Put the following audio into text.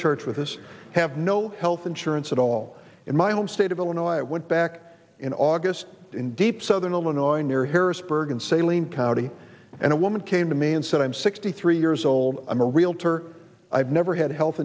church with us have no health insurance at all in my home state of illinois i went back in august in deep southern illinois near harrisburg and sailing county and a woman came to me and said i'm sixty three years old i'm a realtor i've never had health